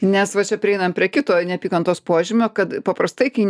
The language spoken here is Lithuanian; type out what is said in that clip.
nes va čia prieinam prie kito neapykantos požymio kad paprastai kai